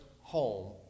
home